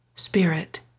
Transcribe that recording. Spirit